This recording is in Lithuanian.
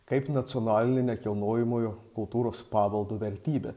kaip nacionalinė nekilnojamojo kultūros paveldo vertybė